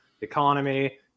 economy